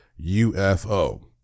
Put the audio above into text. UFO